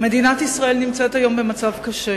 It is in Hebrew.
מדינת ישראל נמצאת היום במצב קשה.